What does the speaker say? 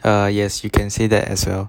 uh yes you can say that as well